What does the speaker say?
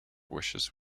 wishes